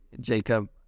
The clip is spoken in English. jacob